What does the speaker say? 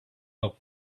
rob